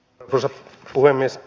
arvoisa puhemies